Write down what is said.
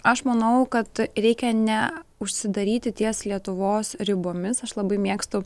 aš manau kad reikia ne užsidaryti ties lietuvos ribomis aš labai mėgstu